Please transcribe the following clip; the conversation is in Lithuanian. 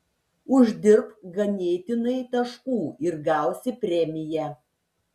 uždirbk ganėtinai taškų ir gausi premiją